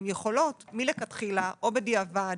הן יכולות מלכתחילה או בדיעבד,